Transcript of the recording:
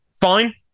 fine